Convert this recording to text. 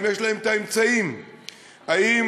האם